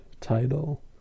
title